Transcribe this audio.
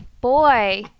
boy